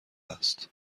است